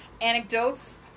anecdotes